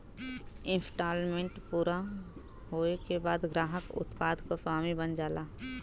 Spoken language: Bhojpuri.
इन्सटॉलमेंट पूरा होये के बाद ग्राहक उत्पाद क स्वामी बन जाला